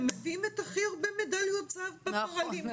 הם מביאים את הכי הרבה מדליות זהב באולימפיאדות.